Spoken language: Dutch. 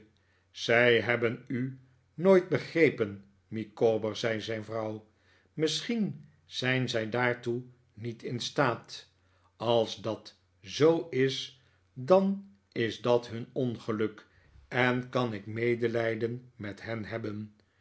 zij hebben u nooit begrepen micawber zei zijn vrouw misschien zijn zij daartoe niet in staat als dat zoo is dan is dat hun ongeluk en kan ik medelijden met hen hebben